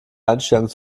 einstellung